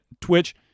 Twitch